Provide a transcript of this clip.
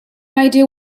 idea